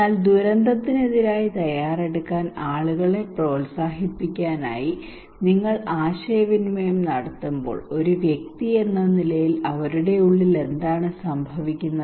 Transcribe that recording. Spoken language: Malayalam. എന്നാൽ ദുരന്തത്തിനെതിരായി തയ്യാറെടുക്കാൻ ആളുകളെ പ്രോത്സാഹിപ്പിക്കുന്നതിനായി നിങ്ങൾ ആശയവിനിമയം നടത്തുമ്പോൾ ഒരു വ്യക്തി എന്ന നിലയിൽ അവരുടെ ഉള്ളിൽ എന്താണ് സംഭവിക്കുന്നത്